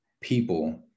people